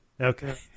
okay